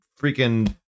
freaking